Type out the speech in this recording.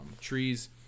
trees